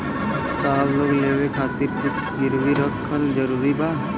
साहब लोन लेवे खातिर कुछ गिरवी रखल जरूरी बा?